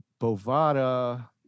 Bovada